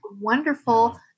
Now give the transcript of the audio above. wonderful